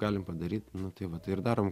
galim padaryt nu tai va tai ir darom